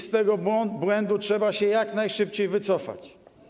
Z tego błędu trzeba się jak najszybciej wycofać.